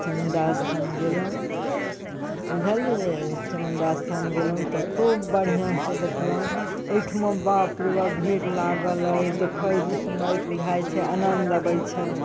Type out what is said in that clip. चामुण्डा अस्थान गेलहुँ बुझलिए चामुण्डा अस्थान गेलहुँ तऽ खूब बढ़िआँसँ देखलहुँ ओहिठाम बाप रे बाप भीड़ लागल अइ देखैत सुनैत बुझाइ छै आनन्द अबै छै